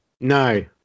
No